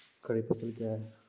खरीफ फसल क्या हैं?